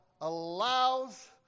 allows